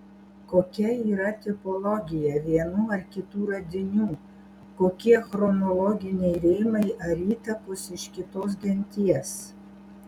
kokia yra tipologija vienų ar kitų radinių kokie chronologiniai rėmai ar įtakos iš kitos genties